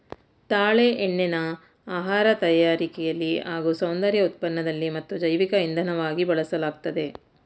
ತಾಳೆ ಎಣ್ಣೆನ ಆಹಾರ ತಯಾರಿಕೆಲಿ ಹಾಗೂ ಸೌಂದರ್ಯ ಉತ್ಪನ್ನದಲ್ಲಿ ಮತ್ತು ಜೈವಿಕ ಇಂಧನವಾಗಿ ಬಳಸಲಾಗ್ತದೆ